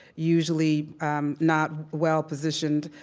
usually um not well-positioned,